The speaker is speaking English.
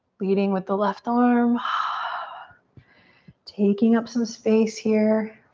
leading with the left arm. ah taking up some space here.